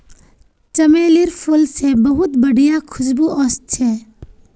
चमेलीर फूल से बहुत बढ़िया खुशबू वशछे